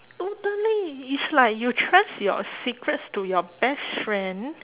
totally is like you trust your secrets to your best friend